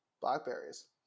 blackberries